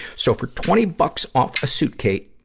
so, for twenty bucks off a suitcate,